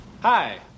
Hi